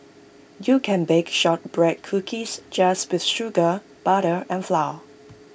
you can bake Shortbread Cookies just with sugar butter and flour